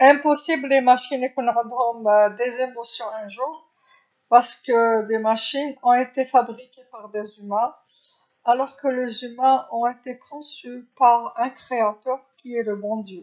مستحيلة الآلت يكون عندهم مشاعر يوما، لأن الآلات صنعها البشر بينما البشر صممهم خالق هو الله الصالح.